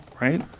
right